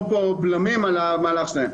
בלמים על פעולת השופטים.